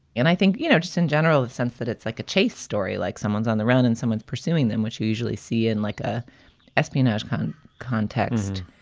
and i think, you know, just in general, the sense that it's like a chase story, like someone's on the ground and someone's pursuing them, which you usually see in like a espionage kind of context,